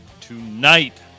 tonight